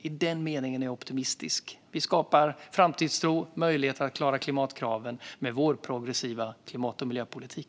I den meningen är jag optimistisk. Vi skapar framtidstro och möjligheter att klara klimatkraven med vår progressiva klimat och miljöpolitik.